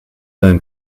dein